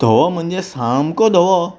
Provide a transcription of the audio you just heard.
धवो म्हणजे सामको धवो